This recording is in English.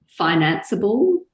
financeable